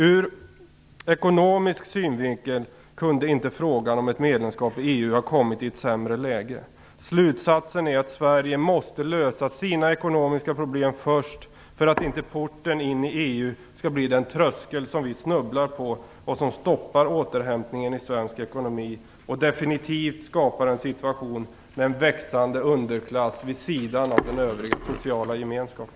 Ur ekonomisk synvinkel kunde inte frågan om ett medlemskap i EU ha kommit i ett sämre läge. Slutsatsen är att Sverige måste lösa sina ekonomiska problem först för att inte porten in i EU skall bli den tröskel som vi snubblar på och som stoppar återhämtningen i svensk ekonomi och definitivt skapar en situation med en växande underklass vid sidan av den övriga sociala gemenskapen.